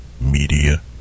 media